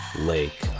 Lake